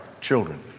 children